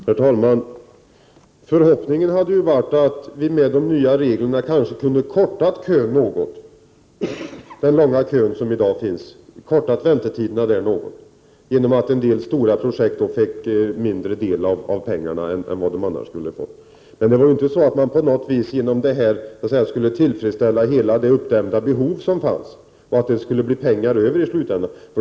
Herr talman! Förhoppningen hade varit att man med de nya reglerna kunde ha kortat de långa köer som i dag finns genom att stora projekt fick en mindre del av pengarna än vad de annars skulle ha fått. Men detta innebär inte att man så skulle kunna tillfredsställa hela det uppdämda behov som finns och att det skulle bli pengar över i slutändan.